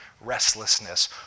restlessness